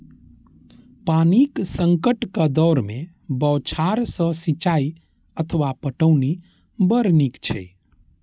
पानिक संकटक दौर मे बौछार सं सिंचाइ अथवा पटौनी बड़ नीक छै